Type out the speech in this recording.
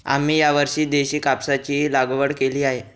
आम्ही यावर्षी देशी कापसाची लागवड केली आहे